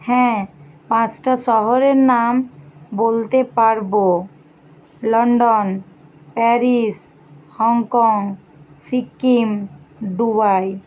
হ্যাঁ পাঁচটা শহরের নাম বলতে পারব London Paris Hong Kong Sikkim Dubai